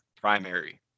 primary